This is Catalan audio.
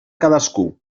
cadascú